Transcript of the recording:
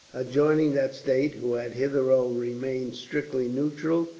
adjoining that state, who had hitherto remained strictly neutral,